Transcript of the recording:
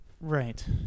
Right